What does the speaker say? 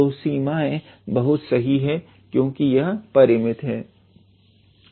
तो सीमाएं बहुत सही हैं क्योंकि यह परिमित हैं